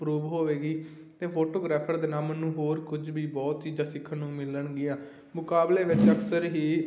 proof ਹੋਵੇਗੀ ਅਤੇ photographer ਦੇ ਨਾਮ ਨੂੰ ਹੋਰ ਕੁਝ ਵੀ ਬਹੁਤ ਚੀਜ਼ਾਂ ਸਿੱਖਣ ਨੂੰ ਮਿਲਣਗੀਆਂ ਮੁਕਾਬਲੇ ਵਿੱਚ ਅਕਸਰ ਹੀ